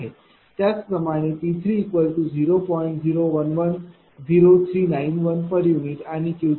त्याच प्रमाणे P0